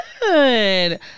Good